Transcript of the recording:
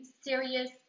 serious